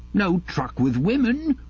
no truck with women,